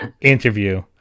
interview